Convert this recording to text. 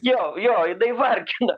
jo jo jinai vargina